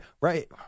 Right